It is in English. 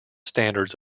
standards